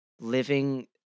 living